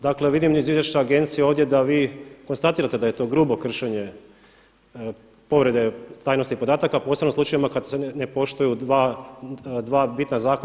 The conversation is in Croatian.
Dakle, vidim iz izvješća agencije ovdje da vi konstatirate da je to grubo kršenje povrede tajnosti podataka posebno u slučajevima kad se ne poštuju dva bitna zakona.